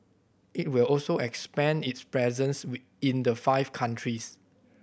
it will also expand its presence in the five countries